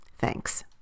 Thanks